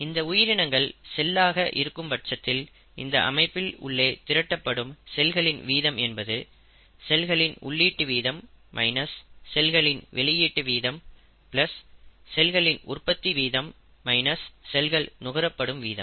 இந்த உயிரினங்கள் செல்களாக இருக்கும்பட்சத்தில் இந்த அமைப்பில் உள்ளே திரட்டப்படும் செல்களின் வீதம் என்பது செல்களின் உள்ளீட்டு வீதம் மைனஸ் செல்களின் வெளியீட்டு வீதம் பிளஸ் செல்களின் உற்பத்தி வீதம் மைனஸ் செல்கள் நுகரப்படும் வீதம்